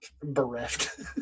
Bereft